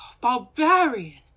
Barbarian